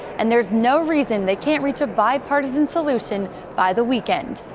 and there is no reason they can't reach a bipartisan solution by the weekend.